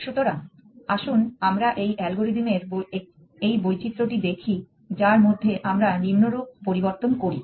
সুতরাং আসুন আমরা এই অ্যালগরিদম এর এই বৈচিত্রটি দেখি যার মধ্যে আমরা নিম্নরূপ পরিবর্তন করি